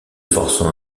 forçant